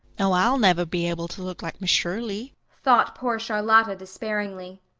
oh, i'll never be able to look like miss shirley, thought poor charlotta despairingly.